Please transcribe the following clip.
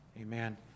Amen